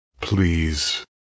please